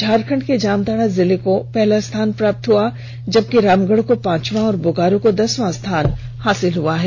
झारखंड के जामताड़ा जिला को प्रथम स्थान प्राप्त हुआ है जबकि रामगढ़ को पांचवां और बोकारो को दसवां स्थान प्राप्त हुआ है